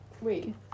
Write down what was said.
Wait